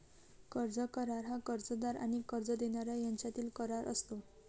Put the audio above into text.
कर्ज करार हा कर्जदार आणि कर्ज देणारा यांच्यातील करार असतो